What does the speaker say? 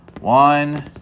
one